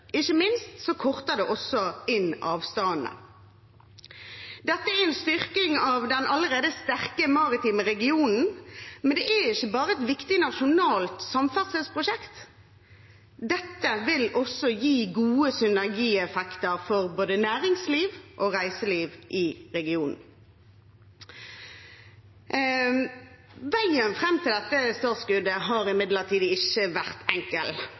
Ikke minst korter det også inn avstandene. Dette er en styrking av den allerede sterke maritime regionen, men det er ikke bare et viktig nasjonalt samferdselsprosjekt. Dette vil også gi gode synergieffekter for både næringsliv og reiseliv i regionen. Veien fram til dette startskuddet har imidlertid ikke vært enkel,